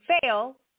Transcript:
fail